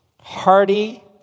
hearty